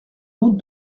route